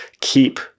keep